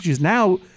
now